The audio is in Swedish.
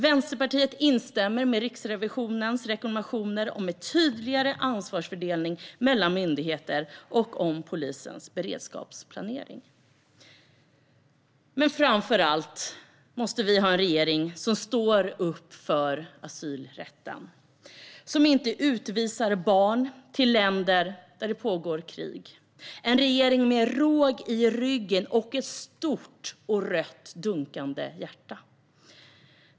Vänsterpartiet instämmer med Riksrevisionens rekommendationer om en tydligare ansvarsfördelning mellan myndigheter och om polisens beredskapsplanering. Men framför allt måste vi ha en regering som står upp för asylrätten och som inte utvisar barn till länder där det pågår krig. Det är en regering med råg i ryggen och ett stort och rött dunkande hjärta.